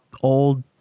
old